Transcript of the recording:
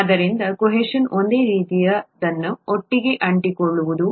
ಆದ್ದರಿಂದ ಕೋಹೆಷನ್ ಒಂದೇ ರೀತಿಯ ದನ್ನು ಒಟ್ಟಿಗೆ ಅಂಟಿಕೊಳ್ಳುವುದು